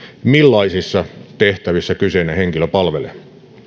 millaisissa tehtävissä kyseinen henkilö palvelee